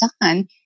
done